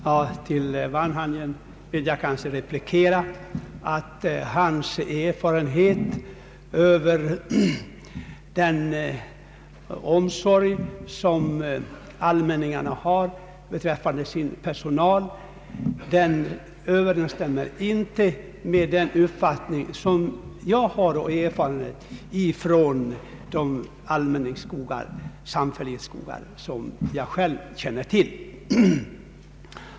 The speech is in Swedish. Herr talman! Jag vill säga till herr Wanhainen att hans erfarenhet av den omsorg som skogsallmänningarna har om sin personal inte överensstämmer med den uppfattning och erfarenhet jag har från allmänningsskogar som jag känner till.